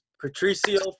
Patricio